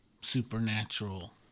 supernatural